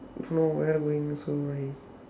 nowhere going also